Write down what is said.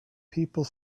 people